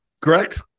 Correct